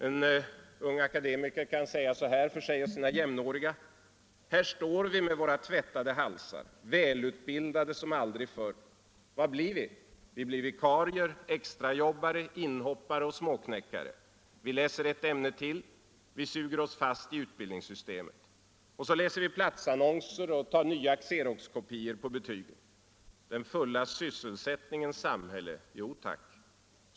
En ung akademiker kan, när han talar för sig och sina jämnåriga säga: ”Här står vi med våra tvättade halsar, välutbildade som aldrig förr. Vad blir vi? Vi blir vikarier, extrajobbare, inhoppare och småknäckare. Vi läser ett ämne till, vi suger oss kvar i utbildningssystemet. Och så läser vi platsannonser och tat nya Xeroxkopior på betygen. Den fulla sysselsättningens samhälle, jo tack.